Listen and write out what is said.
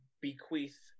bequeath